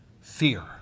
fear